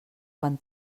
quan